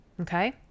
Okay